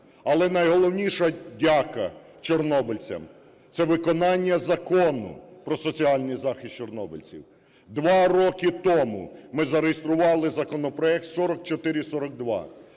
Але найголовніша дяка чорнобильцям – це виконання Закону про соціальний захист чорнобильців. 2 роки тому ми зареєстрували законопроект 4442